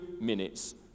minutes